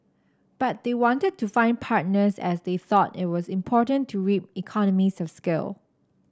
but they wanted to find partners as they thought it was important to reap economies of scale